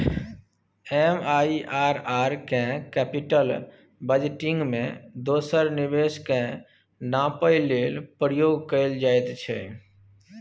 MIRR केँ capital budgeting मे दोसर निबेश केँ नापय लेल प्रयोग कएल जाइत छै